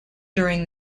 during